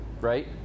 right